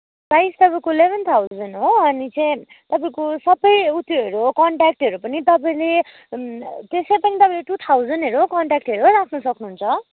price तपाईँको eleven thousand हो अनि चाहिँ तपाईँको सबै उ त्योहरू कन्ट्याक्टहरू पनि तपाईँले त्यसै पनि तपाईँले टु थाउजेन्डहरू कन्ट्याक्टहरू राख्न सक्नुहुन्छ